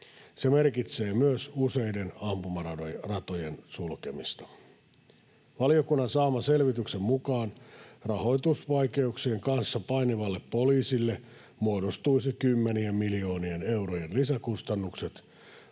Se merkitsee myös useiden ampumaratojen sulkemista. Valiokunnan saaman selvityksen mukaan rahoitusvaikeuksien kanssa painivalle poliisille muodostuisi kymmenien miljoonien eurojen lisäkustannukset